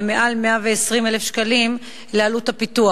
ומעל 120,000 שקלים לעלות הפיתוח?